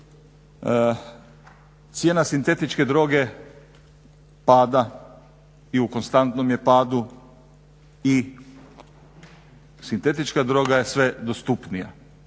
cijena sintetičke droge pada i u konstantnom je padu i sintetička droga je sve dostupnija